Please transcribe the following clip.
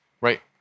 right